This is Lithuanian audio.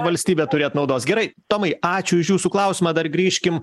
valstybė turėt naudos gerai tomai ačiū už jūsų klausimą dar grįžkim